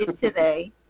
today